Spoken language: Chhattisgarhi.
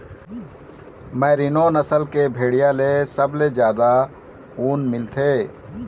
मैरिनो नसल के भेड़िया ले सबले जादा ऊन मिलथे